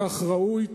כך ראוי.